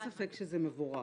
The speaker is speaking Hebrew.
אין ספק שזה מבורך.